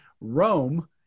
Rome